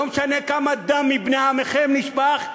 לא משנה כמה דם של בני עמכם נשפך,